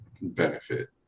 benefit